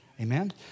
Amen